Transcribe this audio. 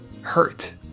hurt